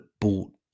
bought